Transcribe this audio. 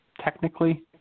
technically